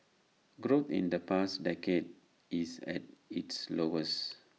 growth in the past decade is at its lowest